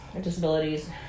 disabilities